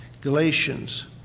Galatians